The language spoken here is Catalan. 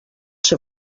ser